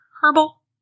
herbal